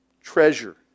treasure